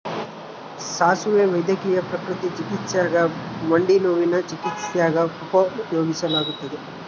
ಸಾಸುವೆ ವೈದ್ಯಕೀಯ ಪ್ರಕೃತಿ ಚಿಕಿತ್ಸ್ಯಾಗ ಮಂಡಿನೋವಿನ ಚಿಕಿತ್ಸ್ಯಾಗ ಉಪಯೋಗಿಸಲಾಗತ್ತದ